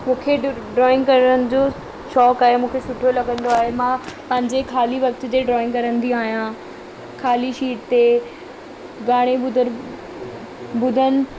मूंखे draw drawing करण जो शौक़ु आहे मूंखे सुठो लॻंदो आहे मां पंहिंजे ख़ाली वक़्त जे ड्रॉइंग कंदी आहियां ख़ाली शीट ते गाणे ॿुधण ॿुधण